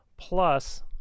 Plus